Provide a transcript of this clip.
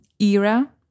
era